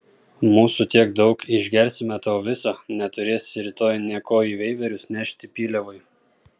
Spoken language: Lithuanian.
mūsų tiek daug išgersime tau visą neturėsi rytoj nė ko į veiverius nešti pyliavai